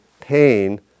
pain